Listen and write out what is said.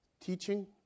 Teaching